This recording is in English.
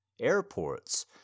airports